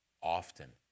often